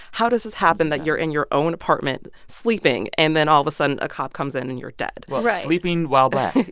how does this happen that you're in your own apartment, sleeping, and then, all of a sudden, a cop comes in, and you're dead? sleeping while black.